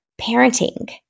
parenting